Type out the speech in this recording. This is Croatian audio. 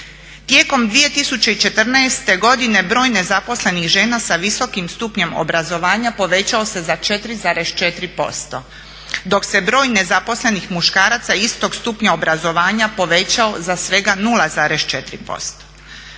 Tijekom 2014.godine broj nezaposlenih žena sa visokim stupnjem obrazovanja povećao se za 4,4%, dok se broj nezaposlenih muškaraca istog stupnja obrazovanja povećao za svega 0,4%.